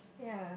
yea